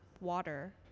water